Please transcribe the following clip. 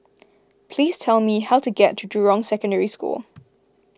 please tell me how to get to Jurong Secondary School